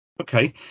Okay